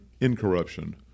incorruption